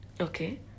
Okay